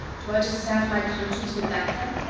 do i just salve my conscience with that then?